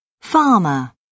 Farmer